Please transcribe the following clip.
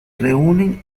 reúnen